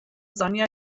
sonja